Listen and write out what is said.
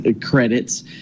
credits